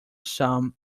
some